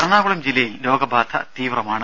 എറണാകുളം ജില്ലയിൽ രോഗബാധ തീവ്രമാണ്